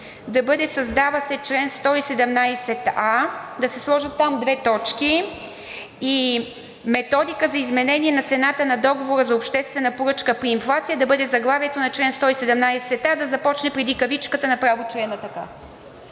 да бъде: „Създава се чл. 117а:“. Да се сложат две точки и „Методика за изменение на цената на договора за обществена поръчка при инфлация“ да бъде заглавието на чл. 117а, да започне членът преди кавичката направо.